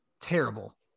terrible